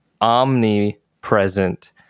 omnipresent